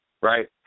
Right